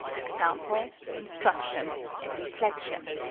example, instruction, and reflection.